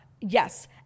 Yes